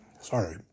Sorry